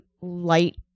light